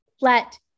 let